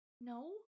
No